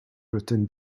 written